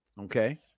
Okay